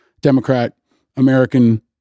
Democrat-American